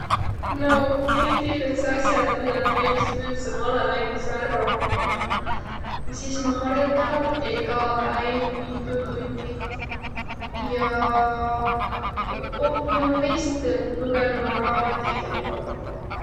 No edimädse as'ana pidanü ma ilmselt üldse malõ mängmise ärq opma ja sis ma har'otanuq egä päiv mitu tunni. Ja opnuq meisrtidelt. Lugõnuq raamatit ja niimuudu